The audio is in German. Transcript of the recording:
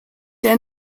der